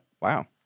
Wow